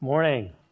Morning